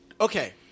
okay